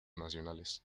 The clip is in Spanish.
nacionales